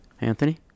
Anthony